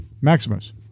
Maximus